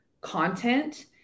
content